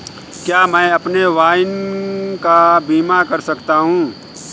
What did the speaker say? क्या मैं अपने वाहन का बीमा कर सकता हूँ?